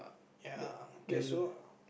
ya okay so